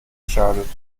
geschadet